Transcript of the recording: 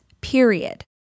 Period